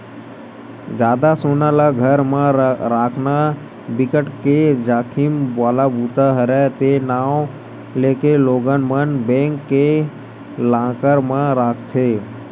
जादा सोना ल घर म राखना बिकट के जाखिम वाला बूता हरय ते नांव लेके लोगन मन बेंक के लॉकर म राखथे